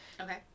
Okay